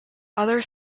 other